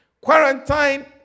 quarantine